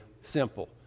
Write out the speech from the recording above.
simple